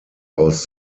aus